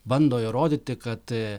bando įrodyti kad